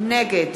נגד